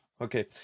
Okay